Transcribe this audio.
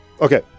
Okay